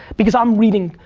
because i'm reading,